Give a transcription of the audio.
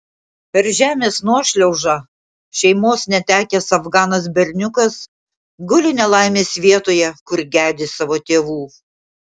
per žemės nuošliaužą šeimos netekęs afganas berniukas guli nelaimės vietoje kur gedi savo tėvų